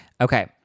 Okay